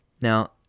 Now